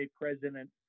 president